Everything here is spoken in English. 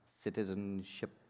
citizenship